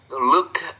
look